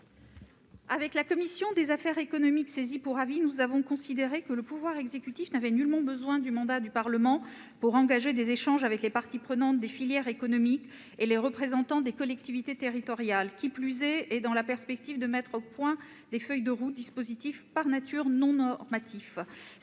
Avec la commission des affaires économiques, saisie pour avis, nous avons considéré que le pouvoir exécutif n'avait nullement besoin du mandat du Parlement pour engager des échanges avec les parties prenantes des filières économiques et les représentants des collectivités territoriales, qui plus est dans la perspective de mettre au point des feuilles de route, dispositif par nature non normatif.